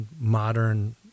modern